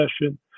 session